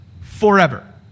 forever